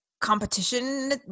competition